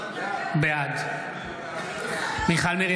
בעד מיכל מרים